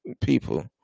people